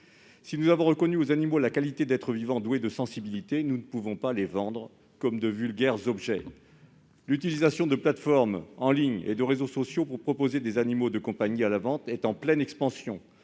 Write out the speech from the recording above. Après avoir reconnu aux animaux la qualité d'êtres vivants doués de sensibilité, nous ne pouvons les vendre comme de vulgaires objets. L'utilisation de plateformes en ligne et de réseaux sociaux pour proposer des animaux de compagnie à la vente est en pleine expansion